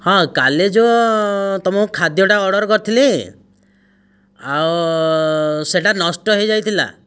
ହଁ କାଲି ଯେଉଁ ତମକୁ ଖାଦ୍ୟଟା ଅର୍ଡ଼ର କରିଥିଲି ଆଉ ସେଟା ନଷ୍ଟ ହେଇ ଯାଇଥିଲା